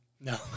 No